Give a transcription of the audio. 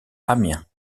amiens